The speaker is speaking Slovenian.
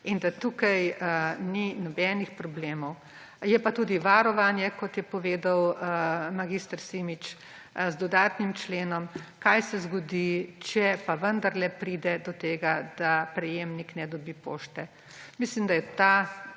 in da tukaj ni nobenih problemov. Je pa tudi varovanje, kot je povedal mag. Simič, z dodatnim členom, kaj se zgodi, če pa vendarle pride do tega, da prejemnik ne dobi pošte. Mislim, da je ta